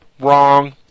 Wrong